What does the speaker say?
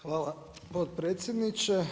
Hvala potpredsjedniče.